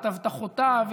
את הבטחותיו,